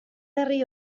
herri